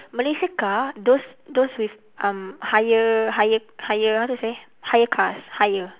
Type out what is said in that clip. malaysia car those those with um higher higher higher how to say higher cars higher